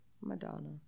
madonna